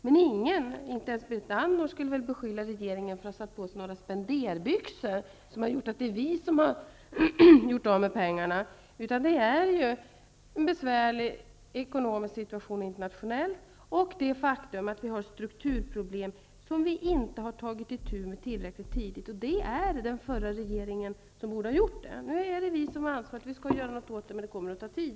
Men ingen -- inte ens Berit Andnor -- skulle väl beskylla regeringen för att ha satt på sig några spenderbyxor, ingen vill väl påstå att det är regeringen som har gjort av med pengarna? Anledningen till dagens läge är en besvärlig ekonomisk situation internationellt och det faktum att vi har strukturproblem som vi inte har tagit itu med tillräckligt tidigt, och det är den förra regeringen som borde ha gjort det. Nu är det vi som har ansvaret, och vi skall göra någonting åt det, men det kommer att ta tid.